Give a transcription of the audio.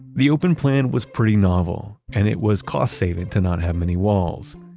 the open plan was pretty novel and it was cost-saving to not have many walls.